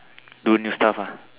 do new stuff ah